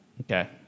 Okay